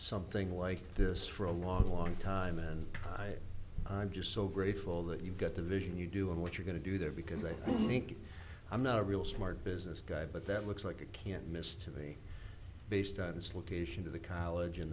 something like this for a long long time and i'm just so grateful that you got the vision you do and what you're going to do there because they think i'm not a real smart business guy but that looks like a can't miss to be based on it's location to the college in